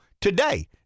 today